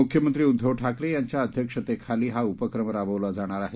मुख्यमंत्री उद्दव ठाकरे यांच्या अध्यक्षतेखाली हा उपक्रम राबवला जाणार आहे